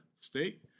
state